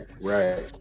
right